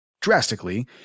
drastically